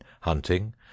hunting